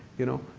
you know?